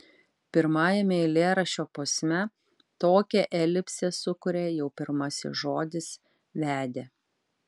pirmajame eilėraščio posme tokią elipsę sukuria jau pirmasis žodis vedė